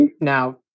Now